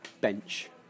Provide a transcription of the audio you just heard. bench